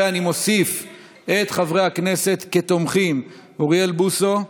ואני מוסיף כתומכים את חברי הכנסת אוריאל בוסו,